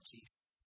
Jesus